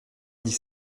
dix